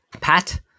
Pat